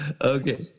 Okay